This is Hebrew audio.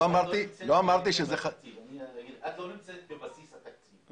זה בבסיס התקציב.